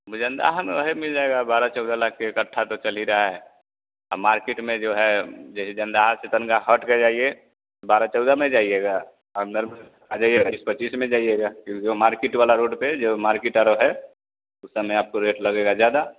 अब जंदहा में वही मिल जाएगा बारह चौदह लाख एकट्ठा तो चल ही रहा है अब मार्किट में जो है जैसे जंदहा से तनिका हट के जाइए बारह चौदह में जाइएगा अंदर में आ जाइए बीस पच्चीस में जाइएगा यह जो मार्किट वाला रोड पर है जो मार्किट अरो है वह सबमें आपको रेट लगेगा ज़्यादा